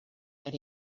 and